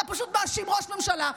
אתה פשוט מאשים ראש ממשלה.